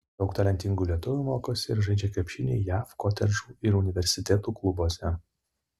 daug talentingų lietuvių mokosi ir žaidžia krepšinį jav kotedžų ir universitetų klubuose